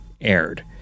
aired